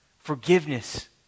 Forgiveness